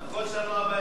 יש לנו אבא אחד?